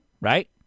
right